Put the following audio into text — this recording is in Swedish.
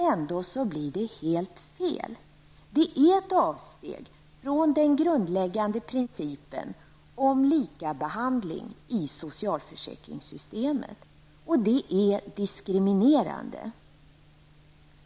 Ändå blir det helt fel. Det är ett avsteg från den grundläggande principen om likabehandling i socialförsäkringssystemet. Och det är diskriminerande.